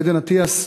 עדן אטיאס,